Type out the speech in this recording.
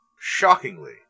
shockingly